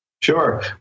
Sure